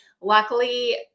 Luckily